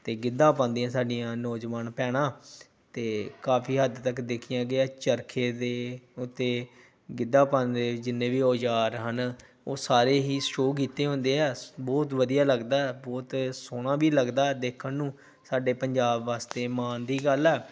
ਅਤੇ ਗਿੱਧਾ ਪਾਉਂਦੀਆਂ ਸਾਡੀਆਂ ਨੌਜਵਾਨ ਭੈਣਾਂ ਅਤੇ ਕਾਫੀ ਹੱਦ ਤੱਕ ਦੇਖਿਆ ਗਿਆ ਚਰਖੇ ਦੇ ਉੱਤੇ ਗਿੱਧਾ ਪਾਉਂਦੇ ਜਿੰਨੇ ਵੀ ਔਜ਼ਾਰ ਹਨ ਉਹ ਸਾਰੇ ਹੀ ਸ਼ੋ ਕੀਤੇ ਹੁੰਦੇ ਆ ਬਹੁਤ ਵਧੀਆ ਲੱਗਦਾ ਬਹੁਤ ਸੋਹਣਾ ਵੀ ਲੱਗਦਾ ਦੇਖਣ ਨੂੰ ਸਾਡੇ ਪੰਜਾਬ ਵਾਸਤੇ ਮਾਣ ਦੀ ਗੱਲ ਆ